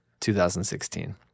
2016